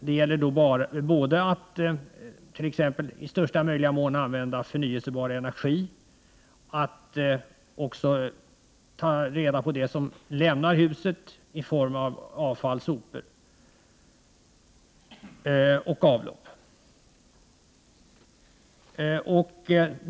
Det gäller både att i största möjliga mån använda förnyelsebar energi och att ta reda på det som lämnar huset i form av avfall, sopor och avlopp.